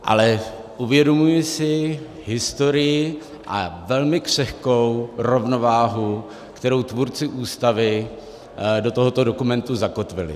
Ale uvědomuji si historii a velmi křehkou rovnováhu, kterou tvůrci Ústavy do tohoto dokumentu zakotvili.